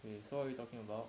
wait so are you talking about